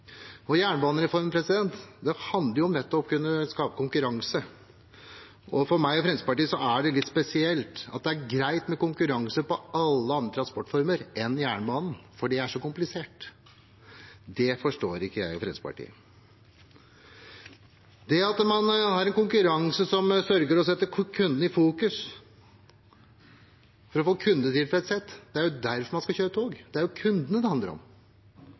mer. Jernbanereformen handler nettopp om å kunne skape konkurranse, og for meg og Fremskrittspartiet er det litt spesielt at det er greit med konkurranse innen alle andre transportformer enn jernbanen, for det er så komplisert. Det forstår ikke jeg og Fremskrittspartiet. Det at man har en konkurranse som sørger for å sette kundene i fokus, for å få kundetilfredshet – det er jo derfor man skal kjøre tog. Det er jo kundene det handler om;